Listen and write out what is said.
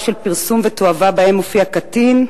של פרסום והצגת תועבה שבה מופיע קטין,